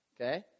Okay